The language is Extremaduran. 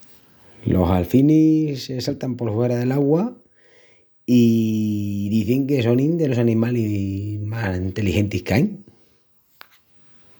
Los galfinis se saltan por huera del'augua i izin que sonin delos animalis más enteligentis que ain.